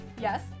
Yes